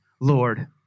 Lord